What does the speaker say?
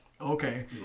Okay